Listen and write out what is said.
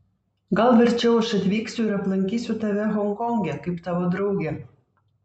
gal verčiau aš atvyksiu ir aplankysiu tave honkonge kaip tavo draugė